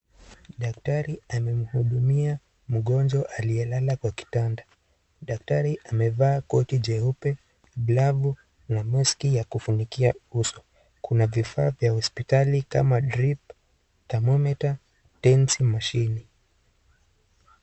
Daktari amemhudumia mgonjwa aliyelala kwa kitanda. Daktari amevaa koti jeupe, glavu na maski ya kufunikia uso. Kuna vifaa vya hospitali kama drip, themometa, tensi, mashine.